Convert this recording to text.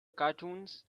cartoons